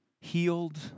healed